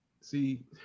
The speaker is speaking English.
See